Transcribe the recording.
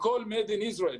והכול תוצרת ישראל.